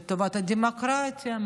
לטובת הדמוקרטיה,